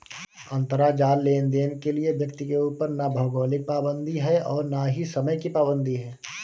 अंतराजाल लेनदेन के लिए व्यक्ति के ऊपर ना भौगोलिक पाबंदी है और ना ही समय की पाबंदी है